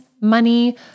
money